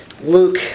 Luke